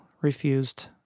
refused